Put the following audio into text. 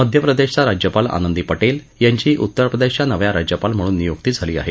मध्य प्रदेशच्या राज्यपाल आनंदी पटेल यांची उत्तर प्रदेशच्या नव्या राज्यपाल म्हणून नियुक्ती झाली आहे